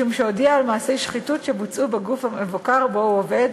משום שהודיע על מעשי שחיתות שבוצעו בגוף המבוקר שבו הוא עובד,